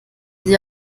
sie